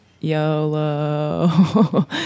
yolo